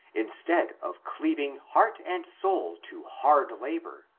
instead of cleaving heart and soul to hard labor,